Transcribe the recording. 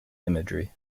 imagery